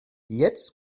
jetzt